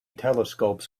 telescopes